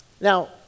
Now